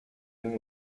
been